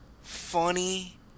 funny